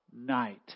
Night